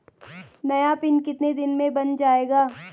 नया पिन कितने दिन में बन जायेगा?